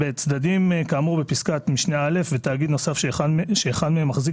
בצדדים כאמור בפסקת משנה (א) ותאגיד נוסף שאחד מהם מחזיק